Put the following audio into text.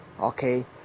Okay